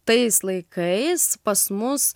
tais laikais pas mus